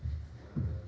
Tak